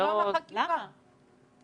למה בחקיקה?